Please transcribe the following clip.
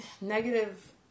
negative